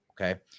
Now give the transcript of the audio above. okay